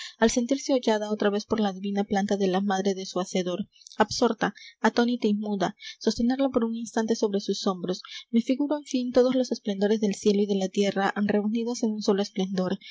al sentirse hollada otra vez por la divina planta de la madre de su hacedor absorta atónita y muda sostenerla por un instante sobre sus hombros me figuro en fin todos los esplendores del cielo y de la tierra reunidos en un solo esplendor